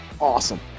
awesome